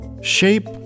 Shape